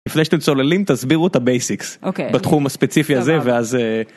לפני שאתם צוללים תסבירו את הבייסיקס בתחום הספציפי הזה ואז אההההההההההההההה